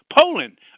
Poland